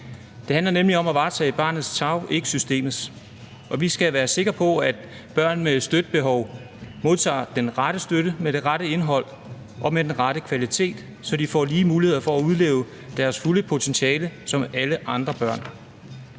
Det handler nemlig om at varetage barnets tarv, ikke systemets, og vi skal være sikre på, at børn med et støttebehov modtager den rette støtte med det rette indhold og med den rette kvalitet, så de får lige muligheder for at udleve deres fulde potentiale som alle andre børn.